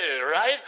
right